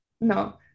No